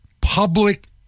public